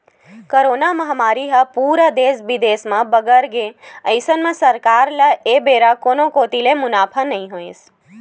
corona महामारी ह पूरा देस बिदेस म बगर गे अइसन म सरकार ल ए बेरा कोनो कोती ले मुनाफा नइ होइस